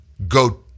go